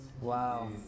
Wow